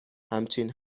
همچین